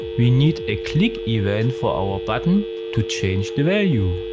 we need a click event for our button to change the value.